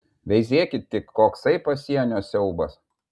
veizėkit tik koksai pasienio siaubas